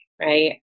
right